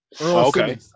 Okay